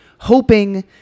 hoping